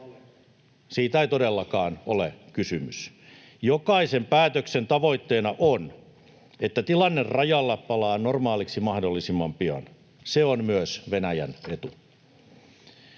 Siitä ei todellakaan ole kysymys. Jokaisen päätöksen tavoitteena on, että tilanne rajalla palaa normaaliksi mahdollisimman pian. Se on myös Venäjän etu.